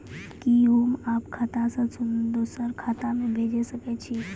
कि होम आप खाता सं दूसर खाता मे भेज सकै छी?